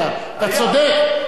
אני רק הייתי פה כל הזמן,